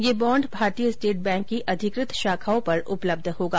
यह बॉण्ड भारतीय State Bank की अधिकृत शाखाओं पर उपलब्ध होगा